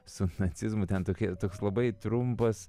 su nacizmu ten tokie toks labai trumpas